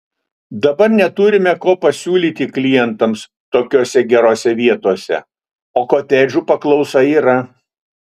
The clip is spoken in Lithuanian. dabar neturime ko pasiūlyti klientams tokiose gerose vietose o kotedžų paklausa yra